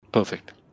Perfect